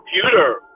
computer